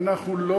אנחנו לא,